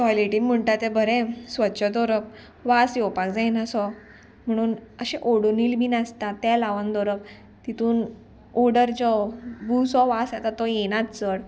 quality म्हणटा तें बरें स्वच्छ दवरप वास येवपाक जायना सो म्हणून अशें ओडूनील बी नासता तें लावन दवरप तितून ओडर जो वूसो वास येता तो येनात चड